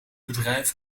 bedrijf